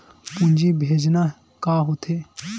पूंजी भेजना का होथे?